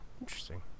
interesting